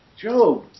Job